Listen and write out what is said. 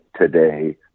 today